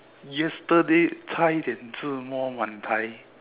yesterday